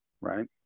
right